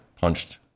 punched